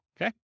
okay